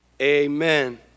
amen